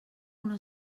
una